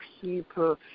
people